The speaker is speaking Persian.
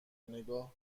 نگاه